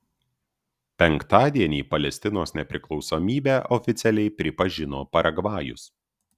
penktadienį palestinos nepriklausomybę oficialiai pripažino paragvajus